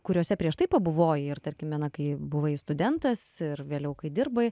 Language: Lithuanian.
kuriose prieš tai pabuvojai ir tarkime na kai buvai studentas ir vėliau kai dirbai